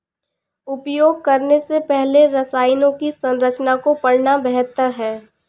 उपयोग करने से पहले रसायनों की संरचना को पढ़ना बेहतर है